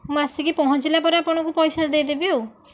ମୁଁ ଆସିକି ପହଞ୍ଚିଲା ପରେ ଆପଣଙ୍କୁ ପଇସା ଦେଇଦେବି ଆଉ